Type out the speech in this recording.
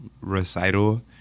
recital